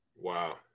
Wow